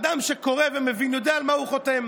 אדם שקורא ומבין יודע על מה הוא חותם.